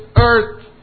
earth